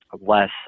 less